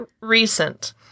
recent